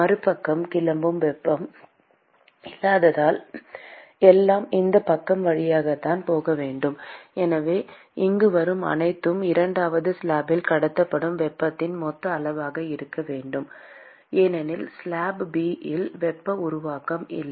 மறுபக்கம் கிளம்பும் வெப்பம் இல்லாததால் எல்லாம் இந்தப் பக்கம் வழியாகத்தான் போக வேண்டும் எனவே இங்கு வரும் அனைத்தும் இரண்டாவது ஸ்லாப்பில் கடத்தப்படும் வெப்பத்தின் மொத்த அளவாக இருக்க வேண்டும் ஏனெனில் ஸ்லாப் B இல் வெப்ப உருவாக்கம் இல்லை